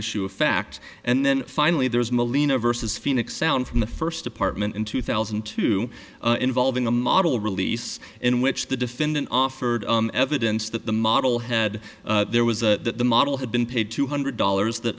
issue of fact and then finally there's molina versus phoenix sound from the first department in two thousand and two involving a model release in which the defendant offered evidence that the model head there was that the model had been paid two hundred dollars t